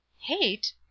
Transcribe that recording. Hate